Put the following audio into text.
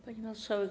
Pani Marszałek!